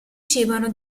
cibano